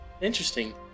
Interesting